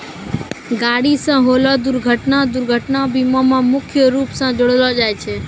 गाड़ी से होलो दुर्घटना दुर्घटना बीमा मे मुख्य रूपो से जोड़लो जाय छै